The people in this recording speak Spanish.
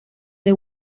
the